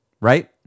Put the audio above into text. Right